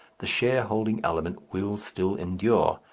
the shareholding element will still endure,